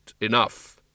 enough